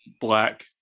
black